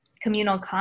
communal